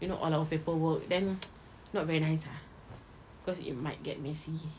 you know all our paperwork then not very nice ah because it might get messy